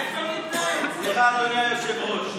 סליחה, אדוני היושב-ראש,